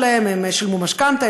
הם שילמו משכנתה,